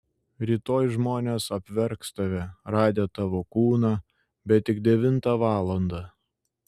rytoj žmonės apverks tave radę tavo kūną bet tik devintą valandą